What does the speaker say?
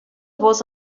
was